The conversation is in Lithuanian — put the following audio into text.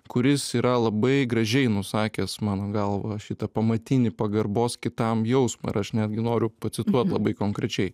kuris yra labai gražiai nusakęs mano galva šitą pamatinį pagarbos kitam jausmą ir aš netgi noriu pacituot labai konkrečiai